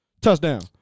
touchdown